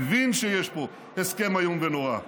מבין שיש פה הסכם איום ונורא.